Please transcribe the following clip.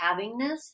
havingness